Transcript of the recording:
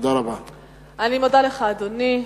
אני מודה לך, אדוני.